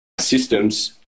Systems